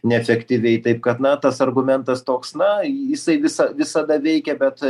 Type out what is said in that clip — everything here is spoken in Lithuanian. neefektyviai taip kad na tas argumentas toks na jisai visą visada veikia bet